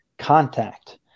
contact